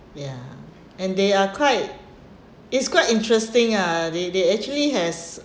ya and they are quite it's quite interesting lah they they actually has this